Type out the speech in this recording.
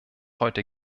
heute